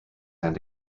and